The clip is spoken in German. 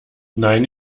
nein